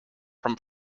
from